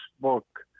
Book